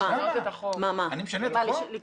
אני משנה את החוק?